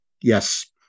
yes